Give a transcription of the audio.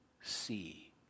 see